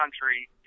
country